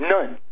None